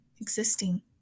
existing